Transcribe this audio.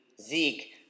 Zeke